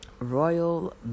royal